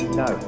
no